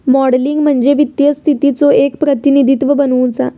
modelling म्हणजे वित्तीय स्थितीचो एक प्रतिनिधित्व बनवुचा